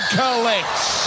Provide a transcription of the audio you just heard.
collects